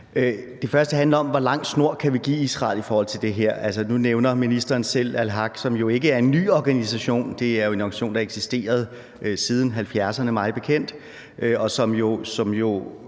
Det første handler om, hvor lang snor vi kan give Israel i forhold til det her. Nu nævner ministeren selv Al-Haq, som jo ikke er en ny organisation. Det er jo en organisation, der har eksisteret siden 1970'erne mig bekendt, og som jo